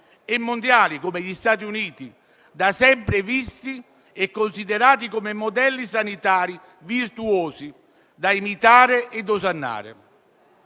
e mondiali come gli Stati Uniti, da sempre visti e considerati modelli sanitari virtuosi da imitare e osannare.